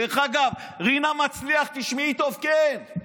דרך אגב, רינה מצליח, תשמעי טוב, כן: